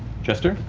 jester?